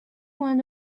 went